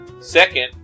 Second